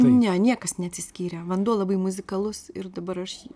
ne niekas neatsiskyrė vanduo labai muzikalus ir dabar aš jį